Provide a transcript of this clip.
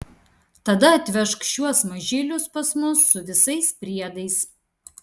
tada atvežk šiuos mažylius pas mus su visais priedais